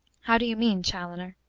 how do you mean, chaloner?